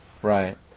Right